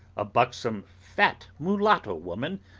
a buxom fat mulatto woman,